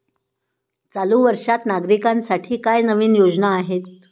चालू वर्षात नागरिकांसाठी काय नवीन योजना आहेत?